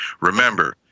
Remember